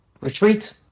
retreat